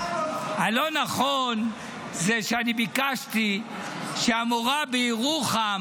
הלא-נכון זה שאני ביקשתי שהמורה בירוחם